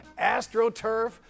AstroTurf